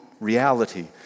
reality